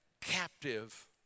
captive